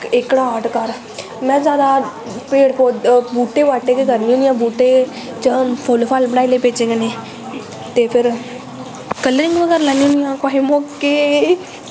एह्कड़ा आर्ट कर में जादा पेट बूह्टे बाह्टे गै करनी आं बूह्टे फुल्ल फल्ल बनाई ले बिच्च कन्नै ते फिर कलरिंग बी करी लैन्नी होनी आं कुसे मौके